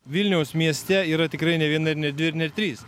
vilniaus mieste yra tikrai ne viena ir ne dvi ir ne trys